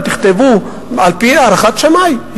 תכתבו: על-פי הערכת שמאי.